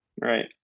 Right